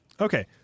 Okay